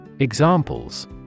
Examples